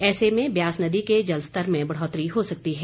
ऐसे में ब्यास नदी के जलस्तर में बढ़ोतरी हो सकती है